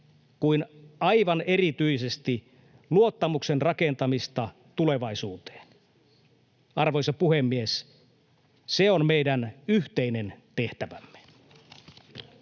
kuin aivan erityisesti luottamuksen rakentamista tulevaisuuteen. Arvoisa puhemies! Se on meidän yhteinen tehtävämme.